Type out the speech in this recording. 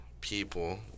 people